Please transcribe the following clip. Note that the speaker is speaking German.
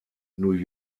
new